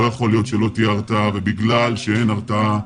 לא יכול להיות שלא תהיה הרתעה ובגלל שאין הרתעה,